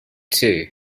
too